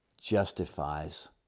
justifies